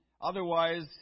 Otherwise